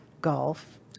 golf